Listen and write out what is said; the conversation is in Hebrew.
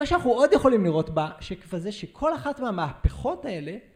מה שאנחנו עוד יכולים לראות בה, בשקף הזה שכל אחת מהמהפכות האלה